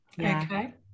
okay